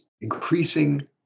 increasing